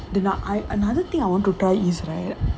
the na~ I another thing I want to try is right